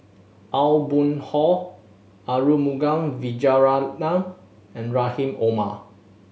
Aw Boon Haw Arumugam Vijiaratnam and Rahim Omar